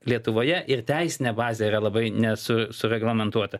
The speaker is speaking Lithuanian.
lietuvoje ir teisinė bazė yra labai ne su sureglamentuota